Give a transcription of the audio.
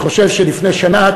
אני חושב שלפני שנה,